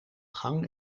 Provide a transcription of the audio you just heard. gang